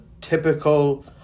typical